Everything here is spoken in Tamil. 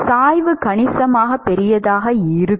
சாய்வு கணிசமாக பெரியதாக இருக்கும்